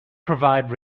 provided